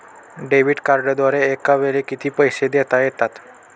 Debit कार्डद्वारे एकावेळी किती पैसे देता येतात?